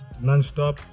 non-stop